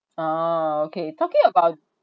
oh okay talking about